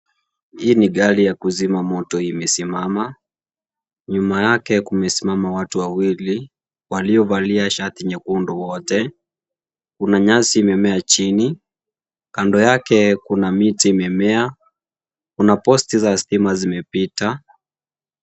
Hii ni gari ya kuzima moto imesimama, nyuma yake kumesimama watu wawili waliovalia shati nyekundu wote, kuna nyasi imemea chini, kando yake kuna miti imemea, kuna post za stima zimepita.